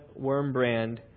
Wormbrand